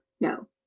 No